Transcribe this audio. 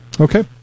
Okay